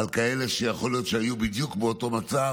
כאלה שיכול להיות שהיו בדיוק באותו מצב